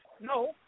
No